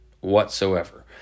whatsoever